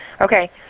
okay